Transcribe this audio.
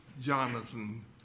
Jonathan